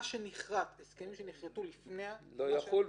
הסכמים שנכרתו לפני --- לא יחולו.